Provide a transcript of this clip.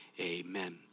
amen